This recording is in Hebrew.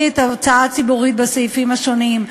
את ההוצאה הציבורית בסעיפים השונים.